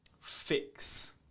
fix